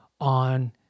on